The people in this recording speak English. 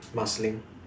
Marsiling